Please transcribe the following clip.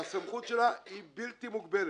והסמכות שלה היא בלתי מוגבלת.